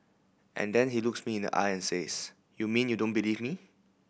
and then he looks me in the eye and says you mean you don't believe me